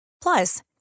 Plus